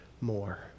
more